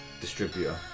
distributor